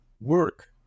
work